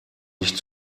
nicht